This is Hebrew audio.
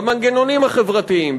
במנגנוניים החברתיים,